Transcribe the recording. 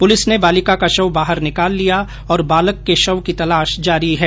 police ने बालिका का शव बाहर निकाल लिया और बालक के शव की तलाश जारी है